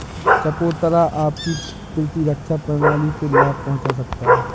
चकोतरा आपकी प्रतिरक्षा प्रणाली को लाभ पहुंचा सकता है